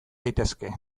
daitezke